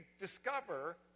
discover